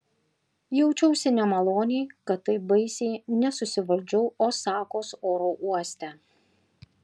jaučiausi nemaloniai kad taip baisiai nesusivaldžiau osakos oro uoste